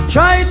Try